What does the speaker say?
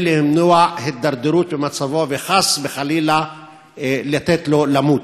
כדי למנוע הידרדרות במצבו וחס חלילה לתת לו למות,